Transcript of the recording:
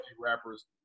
rappers